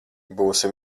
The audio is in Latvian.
būsi